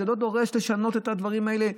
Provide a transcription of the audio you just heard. זה לא דורש לשנות את הדברים האלה?